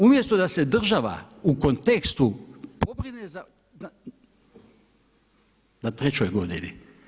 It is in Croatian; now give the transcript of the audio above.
Umjesto da se država u kontekstu pobrine na trećoj godini.